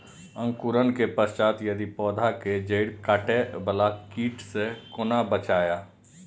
अंकुरण के पश्चात यदि पोधा के जैड़ काटे बाला कीट से कोना बचाया?